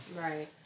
Right